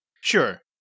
Sure